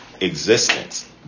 existence